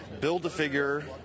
Build-A-Figure